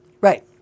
Right